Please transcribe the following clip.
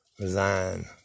resign